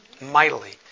Mightily